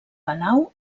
palau